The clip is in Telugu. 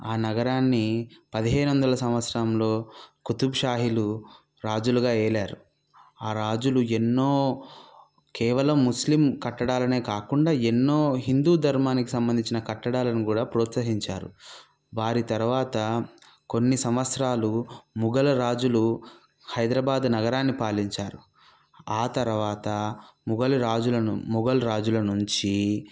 ఆ నగరాన్ని పదిహేను వందల సంవత్సరంలో కుతుబ్షాహీలు రాజులుగా ఏలారు ఆ రాజులు ఎన్నో కేవలం ముస్లిం కట్టడాలనే కాకుండా ఎన్నో హిందూ ధర్మానికి సంబంధించిన కట్టడాలను కూడా ప్రోత్సహించారు వారి తర్వాత కొన్ని సంవత్సరాలు మొఘల రాజులు హైదరాబాద్ నగరాన్ని పాలించారు ఆ తర్వాత మొఘలి రాజులను మొఘల రాజుల నుంచి